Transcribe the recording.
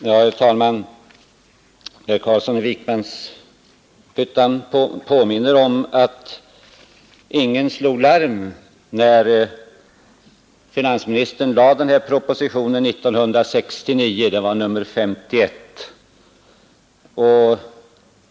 Herr talman! Herr Carlsson i Vikmanshyttan påminner om att ingen slog larm när finansministern framlade propositionen, nr S1 år 1969.